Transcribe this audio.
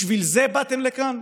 בשביל זה באתם לכאן,